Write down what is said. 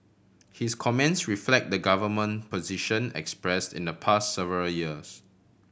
his comments reflect the government position express in the pass several years